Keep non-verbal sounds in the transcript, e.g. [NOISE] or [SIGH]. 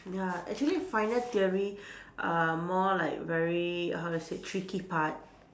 ya actually final theory [BREATH] are more like very how to say tricky part